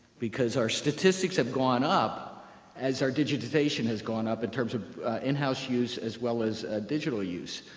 because our statistics have gone up as our digitization has gone up, in terms of in-house use as well as digital use.